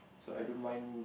I don't mind